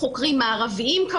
חוקרים מערביים.